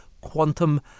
quantum